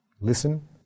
Listen